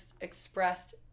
expressed